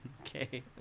Okay